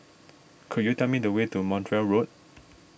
could you tell me the way to Montreal Road